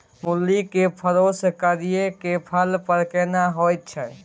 मूली के क्रॉस करिये के फल बर केना होय छै?